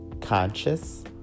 conscious